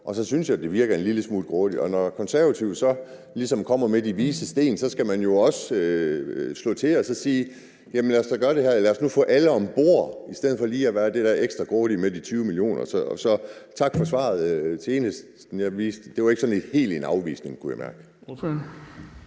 og så synes jeg, det virker en lille smule grådigt. Når Konservative så ligesom kommer med de vises sten, skal man jo også slå til og sige: Jamen lad os da gøre det her. Lad os nu få alle om bord i stedet for lige at være ekstra grådige med de 20 mio. kr. Så tak for svaret til Enhedslisten. Det var ikke sådan helt en afvisning, kunne jeg mærke.